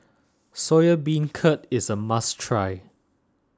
Soya Beancurd is a must try